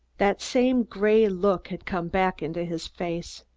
that same gray look had come back into his face.